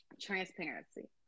Transparency